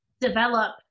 develop